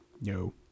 No